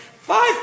five